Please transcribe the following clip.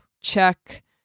check